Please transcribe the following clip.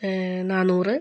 നാനൂറ്